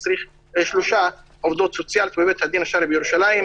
כי צריך שלוש עובדות סוציאליות בבית הדין השרעי בירושלים.